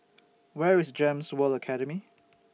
Where IS Gems World Academy